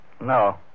No